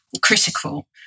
critical